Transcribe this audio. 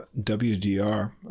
WDR